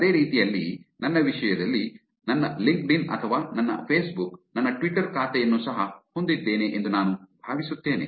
ಅದೇ ರೀತಿಯಲ್ಲಿ ನನ್ನ ವಿಷಯದಲ್ಲಿ ನನ್ನ ಲಿಂಕ್ಡ್ಇನ್ ಅಥವಾ ನನ್ನ ಫೇಸ್ಬುಕ್ ನನ್ನ ಟ್ವಿಟರ್ ಖಾತೆಯನ್ನು ಸಹ ಹೊಂದಿದ್ದೇನೆ ಎಂದು ನಾನು ಭಾವಿಸುತ್ತೇನೆ